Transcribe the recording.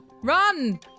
Run